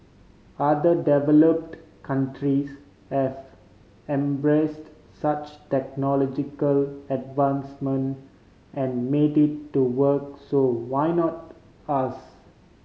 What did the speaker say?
other developed countries have embraced such technological advancement and made it to work so why not us